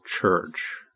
Church